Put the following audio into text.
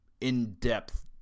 In-depth